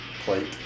plate